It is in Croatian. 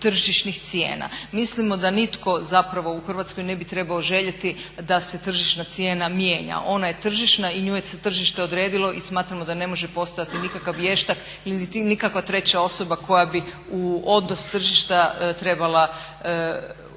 tržišnih cijena. Mislimo da nitko zapravo u Hrvatskoj ne bi trebao željeti da se tržišna cijena mijenja. Ona je tržišna i nju je tržište odredilo i smatramo da ne može postojati nikakva vještak ili nikakav treća osoba koja bi u odnos tržišta trebala utjecati.